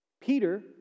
Peter